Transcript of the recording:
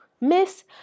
Miss